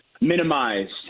minimized